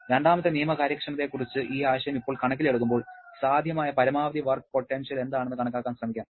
രണ്ടാമത്തെ നിയമ കാര്യക്ഷമതയെക്കുറിച്ചുള്ള ഈ ആശയം ഇപ്പോൾ കണക്കിലെടുക്കുമ്പോൾ സാധ്യമായ പരമാവധി വർക്ക് പൊട്ടൻഷ്യൽ എന്താണെന്ന് കണക്കാക്കാൻ ശ്രമിക്കാം